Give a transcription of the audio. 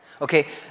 okay